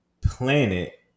planet